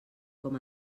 com